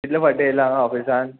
कितले फावटी येयला हांगा ऑफिसान